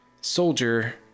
soldier